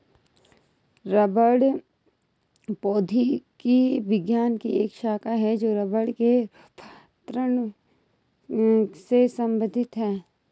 रबड़ प्रौद्योगिकी विज्ञान की एक शाखा है जो रबड़ के रूपांतरण से संबंधित है